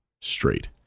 straight